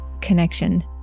connection